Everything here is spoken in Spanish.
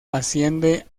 asciende